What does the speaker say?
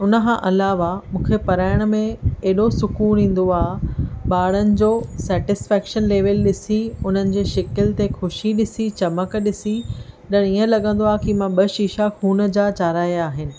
हुन खां अलावा मूंखे पढ़ाइण में एॾो सुक़ून ईंदो आहे ॿारनि जो सेटिस्फेक्शन लेवल ॾिसी उन्हनि जी शिकिल ते ख़ुशी ॾिसी चमक ॾिसी ॼण इहो लॻंदो आहे कि मां ॿ शीशा खून जा चाढ़िया आहिनि